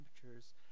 temperatures